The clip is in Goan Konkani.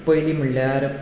पयलीं म्हणल्यार